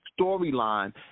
storyline